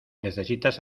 necesitas